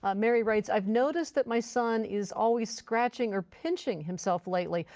um mary writes i've noticed that my son is always scratching or pinching himself lately.